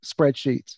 spreadsheets